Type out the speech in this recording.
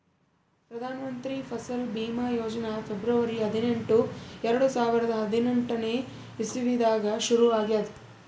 Pradhan Mantri Fasal Bima Yojana February ಹದಿನೆಂಟು, ಎರಡು ಸಾವಿರದಾ ಹದಿನೆಂಟನೇ ಇಸವಿದಾಗ್ ಶುರು ಆಗ್ಯಾದ್